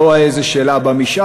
לא על איזה שאלה במשאל,